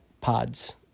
pods